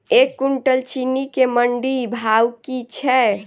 एक कुनटल चीनी केँ मंडी भाउ की छै?